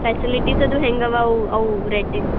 facilities ಅದು ಹೆಂಗೆ ಅವು ಅವು ಅವು ರೆಂಟಿಂದು